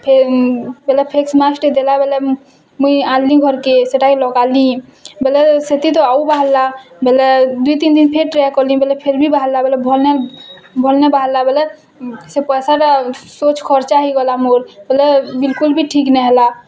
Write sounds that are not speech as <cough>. <unintelligible> ବେଲେ ଫେସମାସ୍କ୍ଟେ ଦେଲାବେଲେ ମୁଁ ମୁଇଁ ଆନ୍ଲି ଘର୍କେ ସେଟାକେ ଲଗାଲି ବେଲେ ସେଥିତ ଆଉ ବାହାରିଲା ବେଲେ ଦୁଇ ତିନ୍ ଦିନ୍ ଫେର୍ ଟ୍ରାଏ କଲି ବେଲେ ଫିରବି ବାହାରଲା ବେଲେ ଭଲ୍ ନାଇଁ ଭଲ୍ ନାଇଁ ବାହାରଲା ବେଲେ ସେ ପଇସାଟା ସେ ଖର୍ଚ୍ଚା ହେଇଗଲା ମୋର୍ ହେଲେ ବିଲକୁଲ୍ ବି ଠିକ୍ ନାଇଁହେଲା